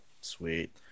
Sweet